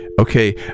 Okay